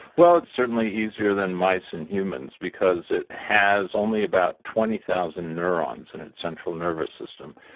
well, it's certainly easier than mice and humans because it has only about twenty thousand neurons in its central nervous system,